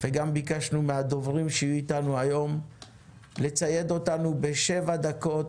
וגם ביקשנו מהדוברים שיהיו אתנו היום לצייד אותנו בשבע דקות